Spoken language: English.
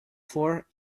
for